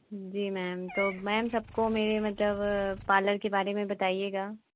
जी ma'am तो ma'am सबको मेरे मतलब पार्लर के बारे में बताइएगा